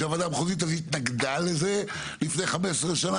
כשהוועדה המחוזית התנגדה לזה לפני 15 שנים